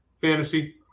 Fantasy